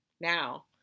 now